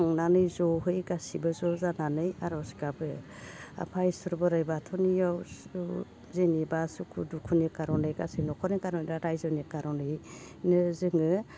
थांनानै जयै गासैबो ज' जानानै आरज गाबो आफा इसोर बोराइ बाथौनियाव जेनेबा सुखु दुखुनि खारनै गासै न'खरनि खारनै बा रायजोनि कारनैनो जोङो